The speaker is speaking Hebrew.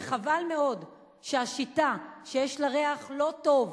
וחבל מאוד שהשיטה, שיש לה ריח לא טוב,